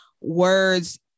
words